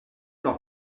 d’en